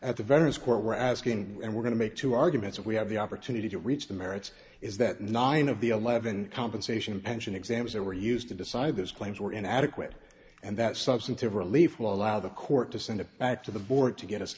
at the veterans court we're asking and we're going to make two arguments we have the opportunity to reach the merits is that nine of the eleven compensation pension exams that were used to decide those claims were inadequate and that substantive relief will allow the court to send it back to the board to get us